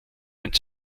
mit